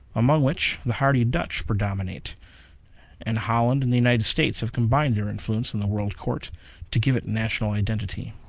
among which the hardy dutch predominate and holland and the united states have combined their influence in the world court to give it national identity.